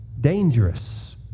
dangerous